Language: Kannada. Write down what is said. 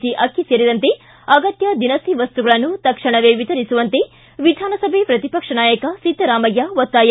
ಜಿ ಅಕ್ಕಿ ಸೇರಿದಂತೆ ಅಗತ್ಯ ದಿನಸಿ ವಸ್ತುಗಳನ್ನು ತಕ್ಷಣವೇ ವಿತರಿಸುವಂತೆ ವಿಧಾನಸಭೆ ಪ್ರತಿಪಕ್ಷ ನಾಯಕ ಸಿದ್ದರಾಮಯ್ಯ ಒತ್ತಾಯ